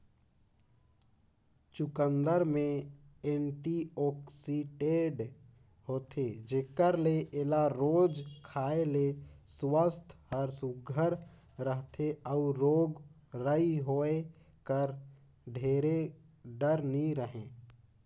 चुकंदर में एंटीआक्सीडेंट होथे जेकर ले एला रोज खाए ले सुवास्थ हर सुग्घर रहथे अउ रोग राई होए कर ढेर डर नी रहें